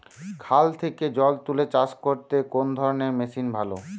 খাল থেকে জল তুলে চাষ করতে কোন ধরনের মেশিন ভালো?